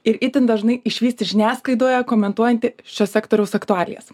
ir itin dažnai išvysti žiniasklaidoje komentuojantį šio sektoriaus aktualijas